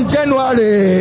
January